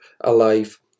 Alive